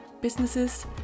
businesses